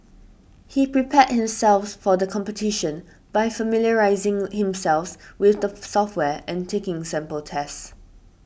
he prepared himself for the competition by familiarising himself with the software and taking sample tests